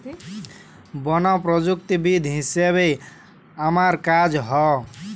বন প্রযুক্তিবিদ হিসাবে আমার কাজ হ